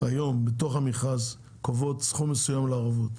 קובעות בתוך המכרז סכום מסוים לערבות,